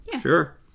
Sure